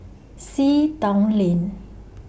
Sea Town Lane